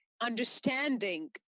understanding